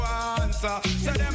answer